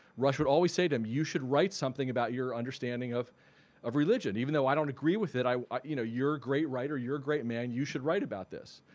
rush always say to him, you should write something about your understanding of of religion. even though i don't agree with it, i you know you're a great writer. you're a great man. you should write about this.